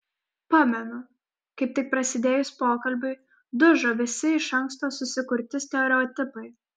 pamenu kaip tik prasidėjus pokalbiui dužo visi iš anksto susikurti stereotipai